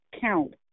count